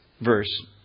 verse